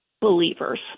believers